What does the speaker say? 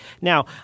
Now